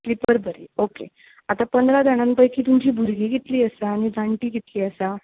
slipper बरी okay आतां पंदरा जाणां पैकी तुमची भुरगीं कितली आसा आनी जाण्टी कितलीं आसा